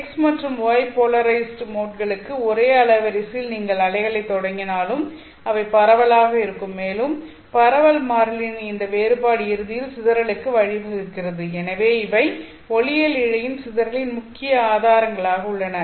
x மற்றும் y polarised மோட்களுக்கு ஒரே அலைவரிசையில் நீங்கள் அலைகளைத் தொடங்கினாலும் அவை பரவலாக இருக்கும் மேலும் பரவல் மாறிலியின் இந்த வேறுபாடு இறுதியில் சிதறலுக்கு வழிவகுக்கிறது எனவே இவை ஒளியியல் இழையில் சிதறலின் முக்கிய ஆதாரங்களாக உள்ளன